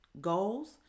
goals